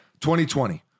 2020